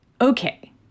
Okay